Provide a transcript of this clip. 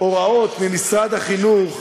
הוראות ממשרד החינוך,